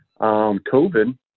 COVID